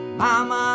mama